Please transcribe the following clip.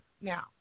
Now